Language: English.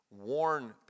warn